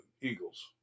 Eagles